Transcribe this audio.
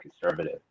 conservative